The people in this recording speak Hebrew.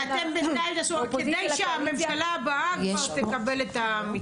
ואתם בינתיים תעשו כדי שהממשלה הבאה כבר תקבל את המתווה.